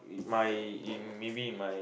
my in maybe in my